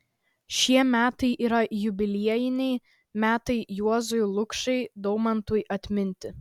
šie metai yra jubiliejiniai metai juozui lukšai daumantui atminti